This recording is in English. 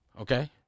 Okay